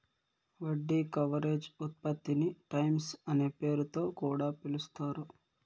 వడ్డీ కవరేజ్ ఉత్పత్తిని టైమ్స్ అనే పేరుతొ కూడా పిలుస్తారు